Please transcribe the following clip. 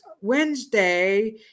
Wednesday